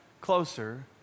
closer